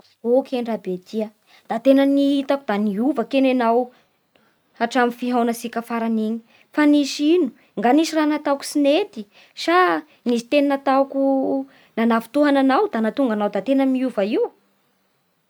Ô kegny rabe tia, da tena nihitako da niova kegny enao hatramin'ny fihaonatsika farany iny fa nisy ino fa nga nisy raha nataoko tsy nety? Sa nisy teny nataoko nanafitohana anao da nahatonga anao da tena niova io?